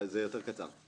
זה יותר קצר.